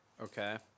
Okay